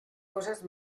cosas